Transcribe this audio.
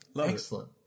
Excellent